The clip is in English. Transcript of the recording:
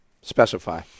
specify